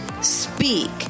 Speak